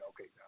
okay